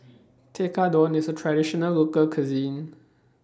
Tekkadon IS A Traditional Local Cuisine